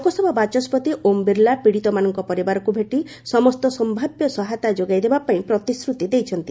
ଲୋକସଭା ବାଚସ୍କତି ଓମ୍ ବିର୍ଲା ପୀଡ଼ିତମାନଙ୍କ ପରିବାରକୁ ଭେଟି ସମସ୍ତ ସମ୍ଭାବ୍ୟ ସହାୟତା ଯୋଗାଇ ଦେବା ପାଇଁ ପ୍ରତିଶ୍ରତି ଦେଇଛନ୍ତି